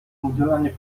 udzielanie